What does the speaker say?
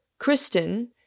Kristen